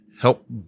Help